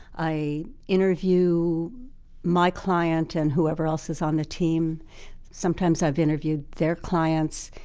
i interview my client and whoever else is on the team sometimes i! ve interviewed their clients.